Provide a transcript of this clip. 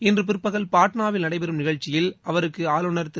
இன்று பிற்பகல் பாட்னாவில் நடைபெறும் நிகழ்ச்சியில் அவருக்கு ஆளுநர் திரு